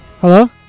Hello